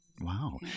Wow